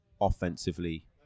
offensively